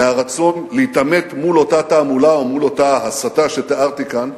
מהרצון להתעמת מול אותה תעמולה או מול אותה הסתה שתיארתי כאן,